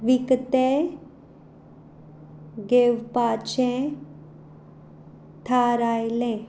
विकतें घेवपाचें थारायलें